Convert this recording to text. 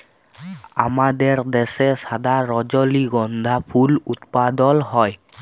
আমাদের দ্যাশে সাদা রজলিগন্ধা ফুল উৎপাদল হ্যয়